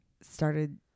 started